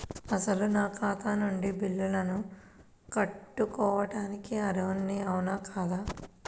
అసలు నా ఖాతా నుండి బిల్లులను కట్టుకోవటానికి అర్హుడని అవునా కాదా?